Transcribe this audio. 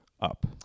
up